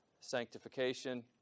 Sanctification